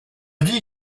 dit